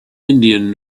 indian